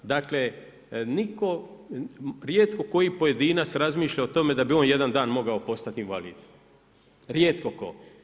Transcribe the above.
Dakle rijetko koji pojedinac razmišlja o tome da bi on jedan dan mogao postati invalid, rijetko tko.